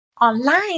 online